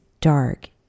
dark